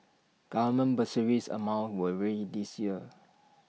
government bursary amounts were raised this year